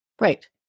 Right